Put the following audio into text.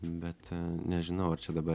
bet nežinau ar čia dabar